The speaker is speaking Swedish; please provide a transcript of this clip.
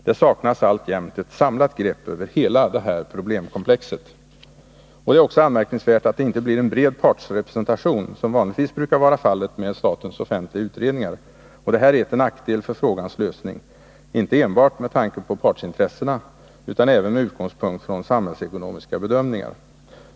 Det saknas ett samlat grepp över hela detta problemkomplex. Det är också anmärkningsvärt att det inte blir en bred partsrepresentation, som vanligtvis brukar vara fallet med statens offentliga utredningar. Detta är till nackdel för frågans lösning — inte enbart med tanke på partsintressena utan även med utgångspunkt från samhällsekonomiska bedömningar.